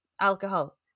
alcohol